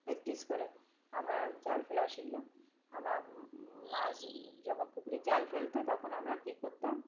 practice করে আমরা জাল ফেলাও শিখলাম আমরা মাছ যখন পুকুরের জাল ফেলতো তখন আমরা কী করতাম